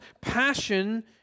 passion